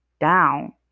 down